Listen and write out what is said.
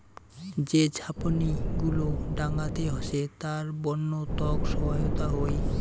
যে ঝাপনি গুলো ডাঙাতে হসে তার বন্য তক সহায়তা হই